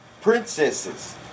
Princesses